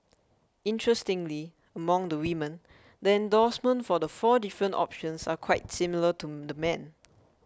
interestingly among the women the endorsement for the four different options are quite similar to the men